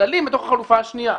נכללים בתוך החלופה השנייה,